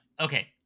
okay